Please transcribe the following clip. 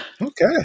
Okay